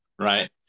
right